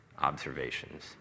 observations